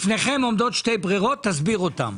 נכון, בפניכם עומדות שתי ברירות, תסביר אותן.